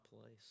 place